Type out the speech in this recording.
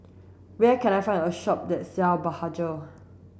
where can I find a shop that sell Blephagel